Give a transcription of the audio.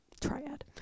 triad